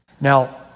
Now